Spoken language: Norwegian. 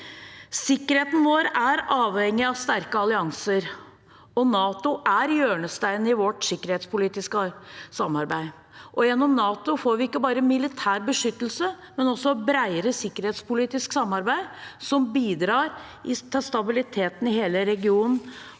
Sikkerheten vår er avhengig av sterke allianser, og NATO er hjørnesteinen i vårt sikkerhetspolitiske samarbeid. Gjennom NATO får vi ikke bare militær beskyttelse, men også bredere sikkerhetspolitisk samarbeid som bidrar til stabiliteten i hele regionen.